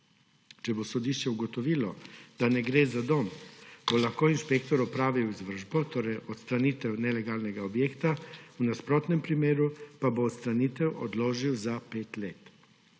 Če bo sodišče ugotovilo, da ne gre za dom, bo lahko inšpektor opravil izvršbo, torej odstranitev nelegalnega objekta, v nasprotnem primeru pa bo odstranitev odložil za pet let.